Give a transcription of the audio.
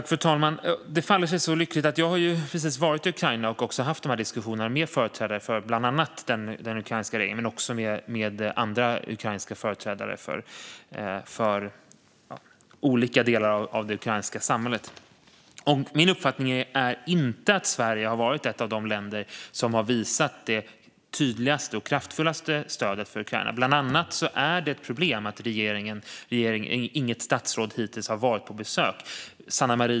Fru talman! Det faller sig så lyckligt att jag precis har varit i Ukraina och haft dessa diskussioner med företrädare för bland annat den ukrainska regeringen men också andra företrädare för olika delar av det ukrainska samhället. Min uppfattning är inte att Sverige har varit ett av de länder som har visat det tydligaste och kraftfullaste stödet för Ukraina. Det är bland annat ett problem att inget statsråd hittills har varit på besök.